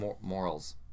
morals